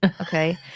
Okay